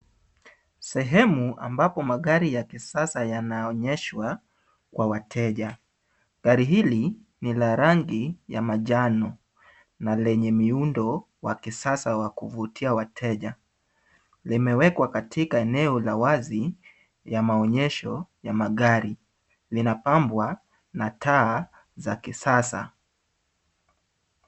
Sehemu ambapo magari ya kisasa yanaonyeshwa kwa wateja. Gari hili ni la rangi ya manjano na lenye miundo ya kisasa ya kuvutia wateja. Limewekwa katika eneo la wazi ya maonyesho ya magari. Linapambwa na taa za kisasa.